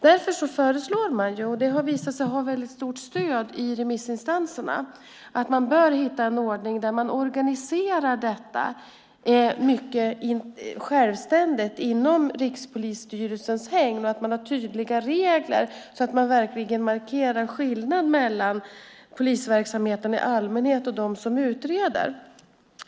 Därför föreslår utredningen - och det har visat sig ha starkt stöd hos remissinstanserna - att man bör hitta en ordning där detta organiseras mycket självständigt inom Rikspolisstyrelsens hägn och att man har tydliga regler, så att man verkligen markerar skillnaden mellan polisverksamhet i allmänhet och de som utreder.